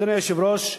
אדוני היושב-ראש,